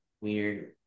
weird